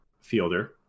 fielder